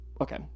Okay